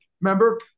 remember